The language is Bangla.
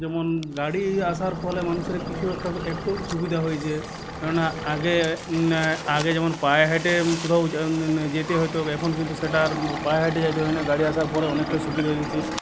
যেমন গাড়ি আসার ফলে মানুষের কিছু একটা একটু সুবিধা হয়েছে কেননা আগে আগে যেমন পায়ে হেঁটে কোথাও যেতে হতো এখন কিন্তু সেটা আর পায়ে হেঁটে যাইতে হয় না গাড়ি আসার পরে অনেকটা সুবিধে হয়ে গেছে